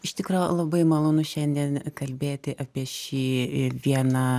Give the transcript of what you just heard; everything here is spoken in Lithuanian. iš tikro labai malonu šiandien kalbėti apie šį i vieną